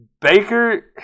Baker